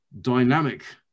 dynamic